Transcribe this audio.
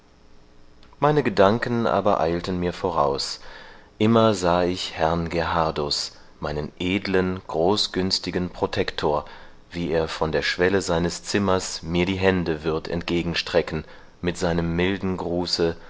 meine gedanken aber eilten mir voraus immer sah ich herrn gerhardus meinen edlen großgünstigen protector wie er von der schwelle seines zimmers mir die hände würd entgegenstrecken mit seinem milden gruße